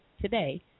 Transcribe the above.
today